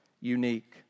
unique